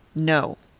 no.